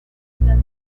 dedicada